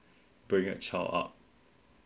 bring a child up